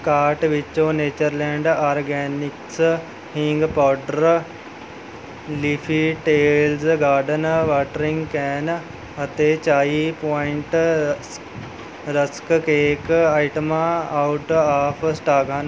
cart ਵਿੱਚੋਂ Natureland organics hing powder leafy tails garden watering can ਅਤੇ chai point ਸ rusk cake ਆਈਟਮਾਂ ਆਊਟ ਆਫ਼ ਸਟਾਕ ਹਨ